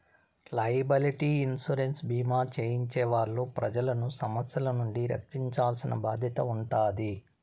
liability insurance భీమా చేయించే వాళ్ళు ప్రజలను సమస్యల నుండి రక్షించాల్సిన బాధ్యత ఉంటాది